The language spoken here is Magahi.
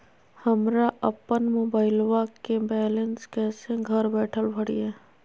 हमरा अपन मोबाइलबा के बैलेंस कैसे घर बैठल भरिए?